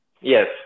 Yes